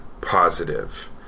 positive